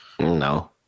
No